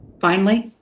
finally,